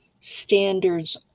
standards